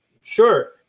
sure